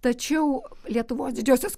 tačiau lietuvos didžiosios